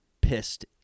pissed